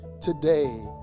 today